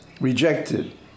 rejected